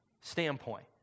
standpoint